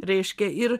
reiškia ir